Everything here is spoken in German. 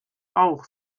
auch